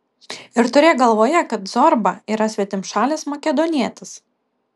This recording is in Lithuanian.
ir turėk galvoje kad zorba yra svetimšalis makedonietis